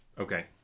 Okay